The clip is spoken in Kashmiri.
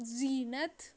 زیٖنت